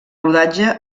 rodatge